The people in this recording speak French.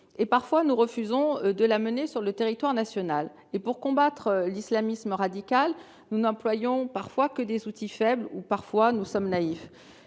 et que nous refusions de la mener sur le territoire national. Pour combattre l'islamisme radical, nous n'employons parfois que des outils faibles, lorsque nous ne faisons